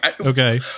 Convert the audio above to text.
Okay